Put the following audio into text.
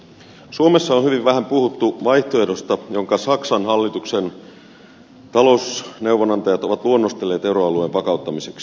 suomessa on hyvin vähän puhuttu vaihtoehdosta jonka saksan hallituksen talousneuvonantajat ovat luonnostelleet euroalueen vakauttamiseksi